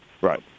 Right